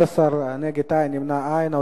בעד, 11, נגד, אין, נמנעים, אין.